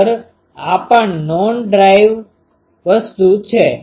ખરેખર આ પણ નોન ડ્રાઇવડ વસ્તુ છે